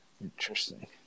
Interesting